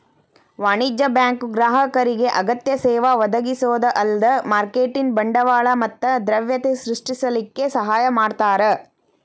ವಾಣಿಜ್ಯ ಬ್ಯಾಂಕು ಗ್ರಾಹಕರಿಗೆ ಅಗತ್ಯ ಸೇವಾ ಒದಗಿಸೊದ ಅಲ್ದ ಮಾರ್ಕೆಟಿನ್ ಬಂಡವಾಳ ಮತ್ತ ದ್ರವ್ಯತೆ ಸೃಷ್ಟಿಸಲಿಕ್ಕೆ ಸಹಾಯ ಮಾಡ್ತಾರ